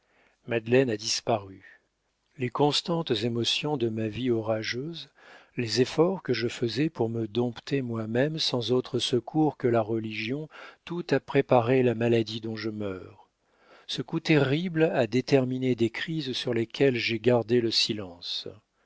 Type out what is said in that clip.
a disparu les constantes émotions de ma vie orageuse les efforts que je faisais pour me dompter moi-même sans autre secours que la religion tout a préparé la maladie dont je meurs ce coup terrible a déterminé des crises sur lesquelles j'ai gardé le silence